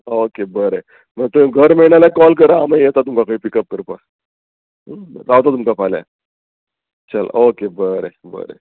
okay बरें म तुयें घर मेळना जाल्यार कॉल करा आमी येता तुमकां खंय पिकअप करपाक रावता तुमकां फाल्यां चल ओके बरें बरें